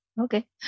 Okay